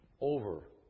over